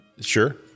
Sure